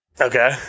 Okay